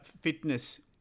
fitness